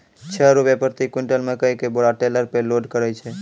छह रु प्रति क्विंटल मकई के बोरा टेलर पे लोड करे छैय?